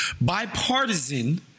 bipartisan